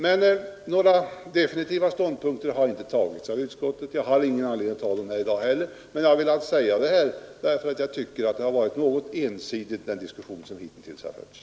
Men någon definitiv ståndpunkt har inte tagits av utskottet, och jag har ingen anledning att göra det här heller. Jag har emellertid velat framföra mina synpunkter därför att jag tycker att den diskussion som hittills har förts har varit något ensidig.